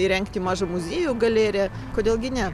įrengti mažą muziejų galeriją kodėl gi ne